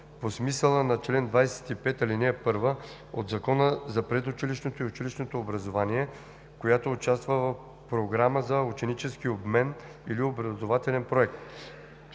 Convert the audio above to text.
по смисъла на чл. 25, ал. 1 от Закона за предучилищното и училищното образование, която участва в програма за ученически обмен или образователен проект.“